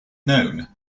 known